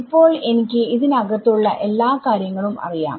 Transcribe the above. ഇപ്പോൾ എനിക്ക് ഇതിന് അകത്തുള്ള എല്ലാ കാര്യങ്ങളും അറിയാം